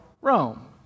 Rome